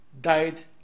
died